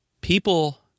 people